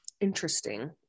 Interesting